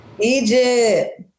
Egypt